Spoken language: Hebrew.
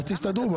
תסתדרו.